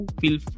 feel